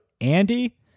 Andy